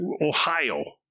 Ohio